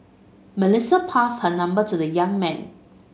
Melissa passed her number to the young man